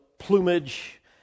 plumage